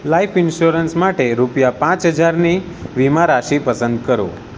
life insurance માટે રૂપિયા પાંચ હજારની વીમા રાશી પસંદ કરો